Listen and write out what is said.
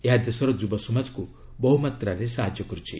ଏହା ଦେଶର ଯୁବ ସମାଜକୁ ବହୁମାତ୍ରାରେ ସାହାଯ୍ୟ କରୁଛି